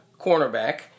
cornerback